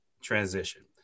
transition